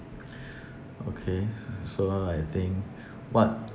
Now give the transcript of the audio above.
okay so I think what